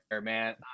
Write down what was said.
man